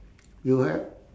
you have